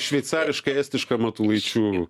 šveicariškai estiška matulaičių